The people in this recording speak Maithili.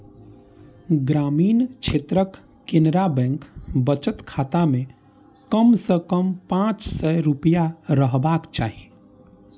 ग्रामीण क्षेत्रक केनरा बैंक बचत खाता मे कम सं कम पांच सय रुपैया रहबाक चाही